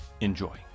Enjoy